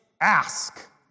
ask